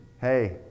Hey